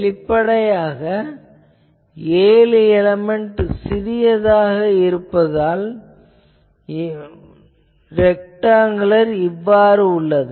வெளிப்படையாக ஏழு எலேமென்ட் சிறியதாக இருப்பதால் ரெக்டாங்குலர் இவ்வாறு உள்ளது